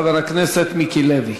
חבר הכנסת מיקי לוי.